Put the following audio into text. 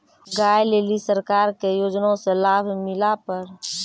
गाय ले ली सरकार के योजना से लाभ मिला पर?